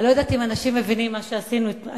אני לא יודעת אם אנשים מבינים מה עשינו היום,